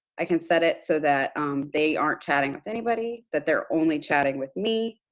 i can set it so that they aren't chatting with anybody, that they're only chatting with me,